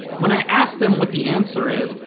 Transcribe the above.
when i ask them what the answer is,